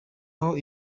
aho